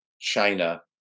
China